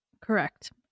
Correct